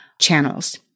channels